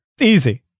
Easy